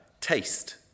taste